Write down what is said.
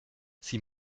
sie